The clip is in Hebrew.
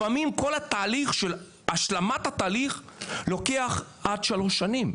לפעמים כל התהליך של השלמת התהליך לוקח עד שלוש שנים.